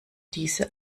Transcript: diese